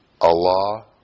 Allah